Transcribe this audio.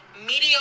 mediocre